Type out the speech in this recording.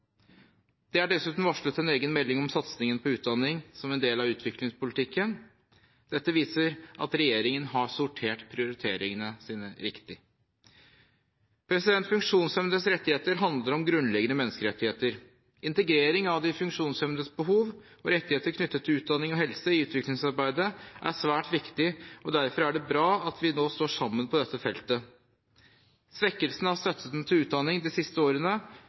Det er dessuten varslet en egen melding om satsingen på utdanning som en del av utviklingspolitikken. Dette viser at regjeringen har sortert prioriteringene sine riktig. Funksjonshemmedes rettigheter handler om grunnleggende menneskerettigheter, integrering av de funksjonshemmedes behov, og rettigheter knyttet til utdanning og helse i utviklingsarbeidet er svært viktig. Derfor er det bra at vi nå står sammen på dette feltet. Svekkelsen av støtten til utdanning de siste årene